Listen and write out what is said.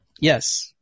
Yes